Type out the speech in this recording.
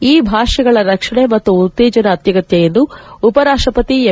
ಈ ಭಾಷೆಗಳ ರಕ್ಷಣೆ ಮತ್ತು ಉತ್ತೇಜನ ಅತ್ಯಗತ್ತ ಎಂದು ಉಪರಾಷ್ಟಪತಿ ಎಂ